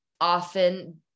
often